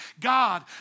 God